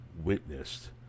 witnessed